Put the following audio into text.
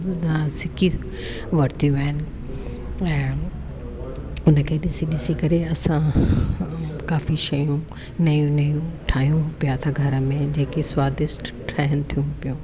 सिखी वरतियूं आहिनि ऐं उनखे ॾिसी ॾिसी करे असां काफी शयूं नयूं नयूं ठाहियूं पिया था घर में जेके स्वादिष्ट ठहनि थियूं पियूं